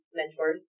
mentors